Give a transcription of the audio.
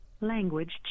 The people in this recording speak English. Language